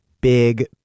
big